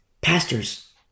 pastors